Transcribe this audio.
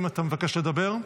האם אתה מבקש לדבר?